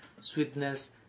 sweetness